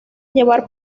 llevar